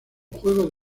juego